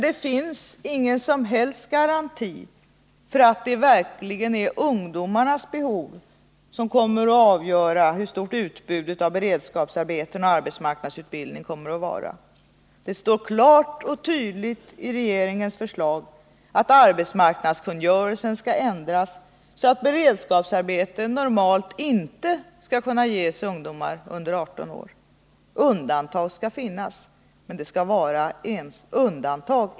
Det finns ingen som helst garanti för att det verkligen är ungdomarnas behov som kommer att avgöra hur stort utbudet av beredskapsarbeten och arbetsmarknadsutbildning kommer att vara. Det står klart och tydligt i regeringens förslag att arbetsmarknadskungörelsen skall ändras så att beredskapsarbete normalt inte skall kunna ges ungdomar under 18 år. Undantag skall finnas, men det skall enbart vara undantag.